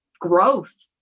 Growth